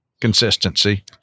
Consistency